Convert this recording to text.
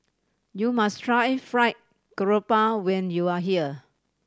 you must try Fried Garoupa when you are here